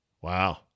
Wow